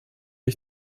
ich